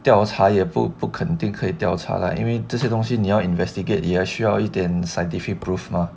调查也不不肯定可以调查 lah 因为这些东西你去要 investigate 也需要一点 scientific proof 吗